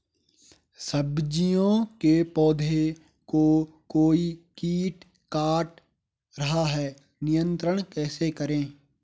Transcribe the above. सब्जियों के पौधें को कोई कीट काट रहा है नियंत्रण कैसे करें?